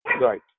Right